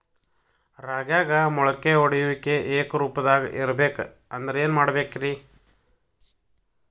ರಾಗ್ಯಾಗ ಮೊಳಕೆ ಒಡೆಯುವಿಕೆ ಏಕರೂಪದಾಗ ಇರಬೇಕ ಅಂದ್ರ ಏನು ಮಾಡಬೇಕ್ರಿ?